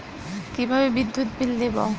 কিভাবে বিদ্যুৎ বিল দেবো?